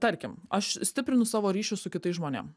tarkim aš stiprinu savo ryšius su kitais žmonėm